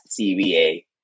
CBA